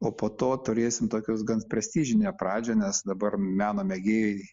o po to turėsim tokius gan prestižinę pradžią nes dabar meno mėgėjai